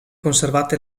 conservate